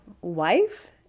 wife